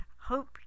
hope